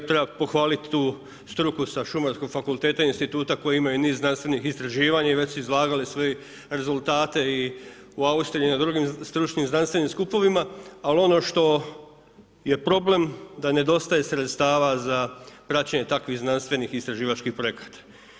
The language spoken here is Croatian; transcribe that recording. Treba pohvaliti tu struku sa Šumarskog fakulteta instituta koji imaju niz znanstvenih istraživanja i već su izvagali sve rezultate i u Austriji i na drugim stručnim znanstvenim skupovima, ali ono što je problem da nedostaje sredstava za praćenje takvih znanstvenih istraživačkih projekata.